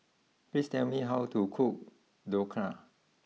please tell me how to cook Dhokla